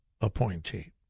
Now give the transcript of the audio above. appointee